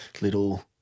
little